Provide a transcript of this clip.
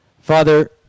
Father